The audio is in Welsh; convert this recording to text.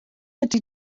ydy